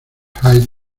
hyde